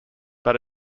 but